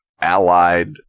allied